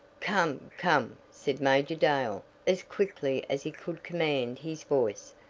come, come! said major dale as quickly as he could command his voice.